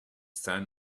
stand